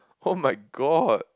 [oh]-my-god